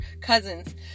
cousins